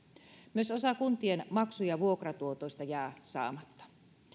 myös osa kuntien maksu ja vuokratuotoista jää saamatta